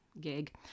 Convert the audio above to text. gig